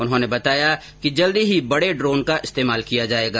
उन्होंने बताया कि जल्द ही बड़े ड्रोन का इस्तेमाल किया जाएगा